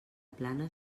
plana